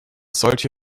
solche